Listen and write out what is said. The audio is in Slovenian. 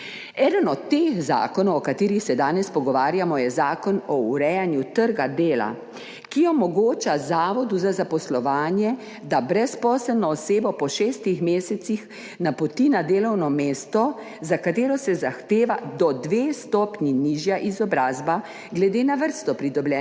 Eden od teh zakonov, o katerih se danes pogovarjamo, je Zakon o urejanju trga dela, ki omogoča Zavodu Republike Slovenije za zaposlovanje, da brezposelno osebo po šestih mesecih napoti na delovno mesto, za katero se zahteva do dve stopnji nižja izobrazba glede na vrsto pridobljene